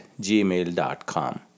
gmail.com